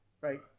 right